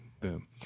boom